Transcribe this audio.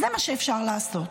זה מה שאפשר לעשות,